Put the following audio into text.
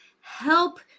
help